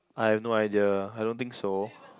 I have no idea I don't think so